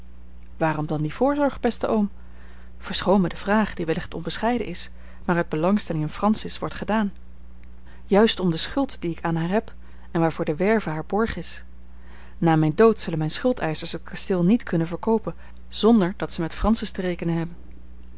waarom dan die voorzorg beste oom verschoon mij de vraag die wellicht onbescheiden is maar uit belangstelling in francis wordt gedaan juist om de schuld die ik aan haar heb en waarvoor de werve haar borg is na mijn dood zullen mijn schuldeischers het kasteel niet kunnen verkoopen zonder dat ze met francis te rekenen hebben